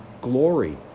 Glory